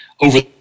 over